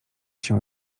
się